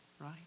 right